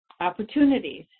opportunities